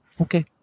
okay